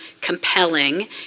compelling